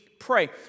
pray